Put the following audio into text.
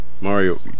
Mario